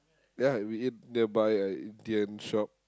ya we ate nearby a Indian shop